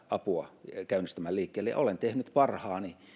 apua liikkeelle ja olen tehnyt parhaani